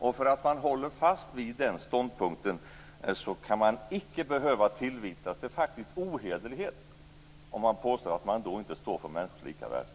Bara för att man håller fast vid den ståndpunkten skall man icke behöva tillvitas - det är faktiskt ohederligt att påstå det - att man inte står för människors lika värde.